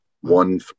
One